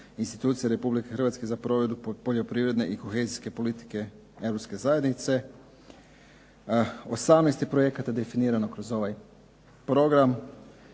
institucija Republike Hrvatske za provedbu poljoprivredne i kohezijske politike Europske zajednice. 18 projekata je definirano kroz ovaj program.